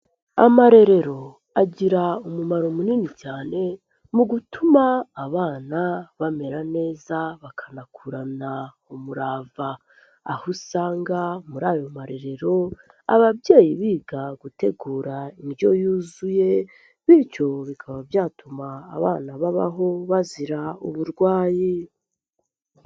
Amarerero agira umumaro munini cyane mu gutuma abana bamera neza bakanakurana umurava aho usanga muri ayo marererero ababyeyi biga gutegura indyo yuzuye bityo bikaba byatuma abana babaho bazira uburwayi.